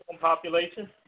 population